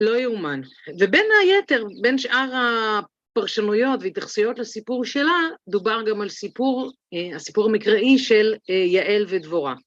לא יאומן, ובין היתר, בין שאר הפרשנויות והתייחסויות לסיפור שלה, דובר גם על סיפור, הסיפור המקראי של יעל ודבורה.